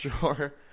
sure